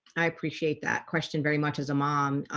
i appreciate that question very much as a mom